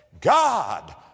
God